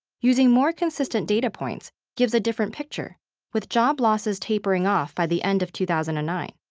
using more consistent data points gives a different picture with job losses tapering off by the end of two thousand and nine.